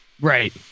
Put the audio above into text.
Right